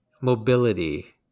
mobility